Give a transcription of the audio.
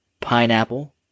pineapple